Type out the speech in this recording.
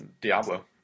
Diablo